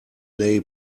lay